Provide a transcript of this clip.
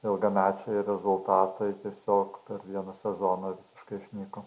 ilgamečiai rezultatai tiesiog per vieną sezoną visiškai išnyko